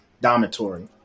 dormitory